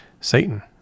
Satan